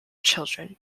children